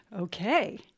Okay